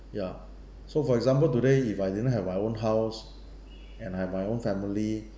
ya so for example today if I didn't have my own house and I my own family